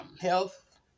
health